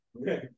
Okay